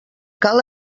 cal